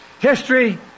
History